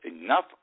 enough